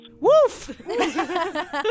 Woof